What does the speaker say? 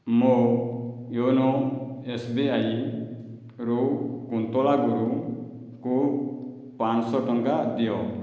ମୋ ୟୋନୋ ଏସ୍ବିଆଇରୁ କୁନ୍ତଳା ଗୁରୁଙ୍କୁ ପାଞ୍ଚଶହ ଟଙ୍କା ଦିଅ